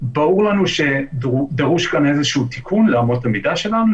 ברור לנו שדרוש כאן איזשהו תיקון לאמות המידה שלנו,